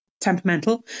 temperamental